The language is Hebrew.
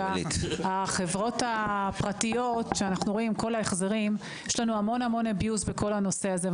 מההחזרים של החברות הפרטיות יש הרבה ניצול בנושא הזה.